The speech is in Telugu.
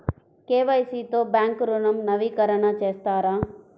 కే.వై.సి తో బ్యాంక్ ఋణం నవీకరణ చేస్తారా?